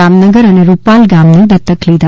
રામનગર અને રૂપાલ ગામને દત્તક લીધા